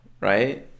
right